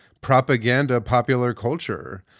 propaganda popular culture.